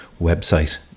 website